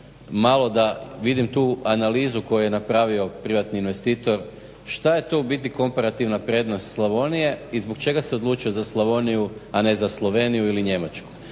malo da vidim tu analizu koju je napravio privatni investitor šta je tu biti komparativna prednost Slavonije i zbog čega se odlučio za Slavoniju a ne za Sloveniju ili Njemačku.